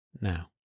now